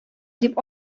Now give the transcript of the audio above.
дип